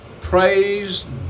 Praise